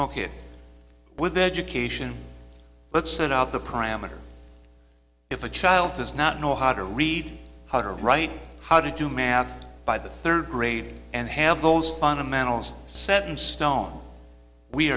challenges with education let's sort out the pram and if a child does not know how to read how to write how to do math by the third grade and have those fundamentals set in stone we